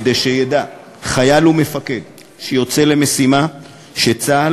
כדי שידעו חייל ומפקד שיוצאים למשימה שצה"ל